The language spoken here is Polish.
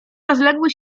rozległy